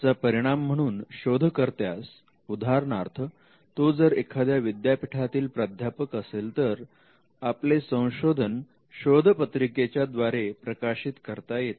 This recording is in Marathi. याचा परिणाम म्हणून शोधकर्त्यास उदाहरणार्थ तो जर एखाद्या विद्यापीठातील प्राध्यापक असेल तर आपले संशोधन शोध पत्रिकेच्या द्वारे प्रकाशित करता येते